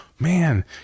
Man